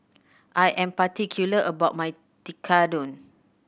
I am particular about my Tekkadon